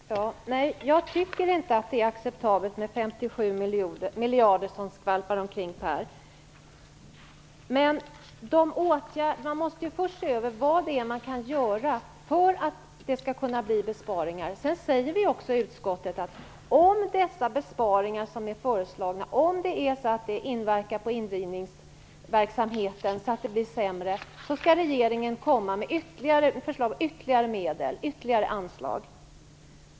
Fru talman! Nej, jag tycker inte att det är acceptabelt med 57 miljarder som skvalpar omkring, Per Rosengren. Men man måste först se över vad det är man kan göra för att det skall kunna bli besparingar. Vi säger också i utskottet att om de besparingar som är föreslagna inverkar så på indrivningsverksamheten att den blir sämre, skall regeringen komma med ytterligare förslag, ytterligare medel, ytterligare anslag.